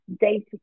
data